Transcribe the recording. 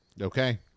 Okay